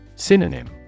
Synonym